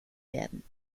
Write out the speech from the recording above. werden